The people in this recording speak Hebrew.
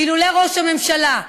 אילולא ראש הממשלה,